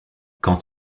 quand